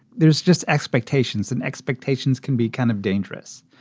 there's just expectations and expectations can be kind of dangerous.